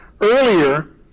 Earlier